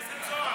וזה לא משנה,